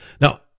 Now